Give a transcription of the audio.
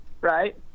right